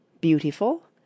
Beautiful